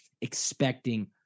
expecting